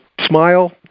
smile